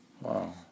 Wow